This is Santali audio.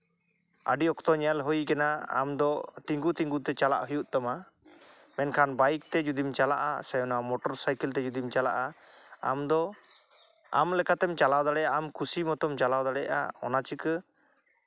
ᱟᱹᱰᱤ ᱚᱠᱛᱚ ᱧᱮᱞ ᱦᱩᱭ ᱠᱟᱱᱟ ᱟᱢᱫᱚ ᱛᱤᱸᱜᱩ ᱛᱤᱸᱜᱩ ᱛᱮ ᱪᱟᱞᱟᱜ ᱦᱩᱭᱩᱜ ᱛᱟᱢᱟ ᱢᱮᱱᱠᱷᱟᱱ ᱵᱟᱭᱤᱠ ᱛᱮ ᱡᱩᱫᱤᱢ ᱪᱟᱞᱟᱜᱼᱟ ᱥᱮ ᱱᱚᱣᱟ ᱢᱚᱴᱚᱨ ᱥᱟᱭᱠᱮᱞ ᱛᱮ ᱡᱩᱫᱤᱢ ᱪᱟᱞᱟᱜᱼᱟ ᱟᱢᱫᱚ ᱟᱢ ᱞᱮᱠᱟ ᱛᱮᱢ ᱪᱟᱞᱟᱣ ᱫᱟᱲᱮᱭᱟᱜ ᱟᱢ ᱟᱢ ᱠᱷᱩᱥᱤ ᱢᱚᱛᱚᱢ ᱪᱟᱞᱟᱣ ᱫᱟᱲᱮᱭᱟᱜ ᱟᱢ ᱚᱱᱟ ᱪᱤᱠᱟᱹ